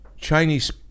Chinese